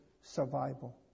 survival